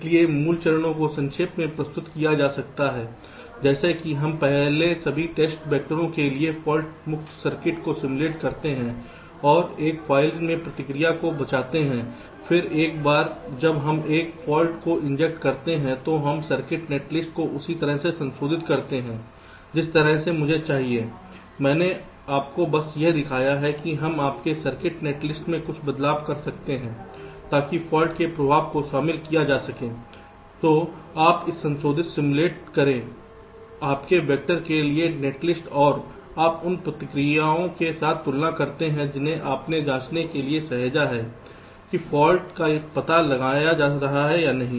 इसलिए मूल चरणों को संक्षेप में प्रस्तुत किया जा सकता है जैसे कि हम पहले सभी टेस्ट वैक्टरों के लिए फाल्ट मुक्त सर्किट को सिमुलेट करते हैं और एक फ़ाइल में प्रतिक्रियाओं को बचाते हैं फिर एक बार जब हम एक फाल्ट को इंजेक्ट करते हैं तो हम सर्किट नेटलिस्ट को उसी तरह से संशोधित करते हैं जिस तरह से मुझे चाहिए मैंने आपको बस यह दिखाया कि हम आपके सर्किट नेटलिस्ट में कुछ बदलाव कर सकते हैं ताकि फाल्ट के प्रभाव को शामिल किया जा सके तो आप इस संशोधित सिमुलेट करें प्रत्येक वेक्टर के लिए नेटलिस्ट और आप उन प्रतिक्रियाओं के साथ तुलना करते हैं जिन्हें आपने जांचने के लिए सहेजा है कि फाल्ट का पता लगाया जा रहा है या नहीं